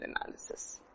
analysis